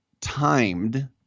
timed